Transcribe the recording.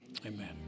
amen